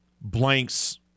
blanks